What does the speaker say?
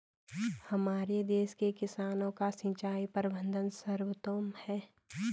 हमारे देश के किसानों का सिंचाई प्रबंधन सर्वोत्तम है